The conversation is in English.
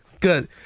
Good